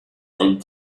and